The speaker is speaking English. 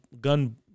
gun